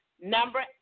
Number